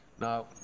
Now